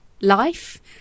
life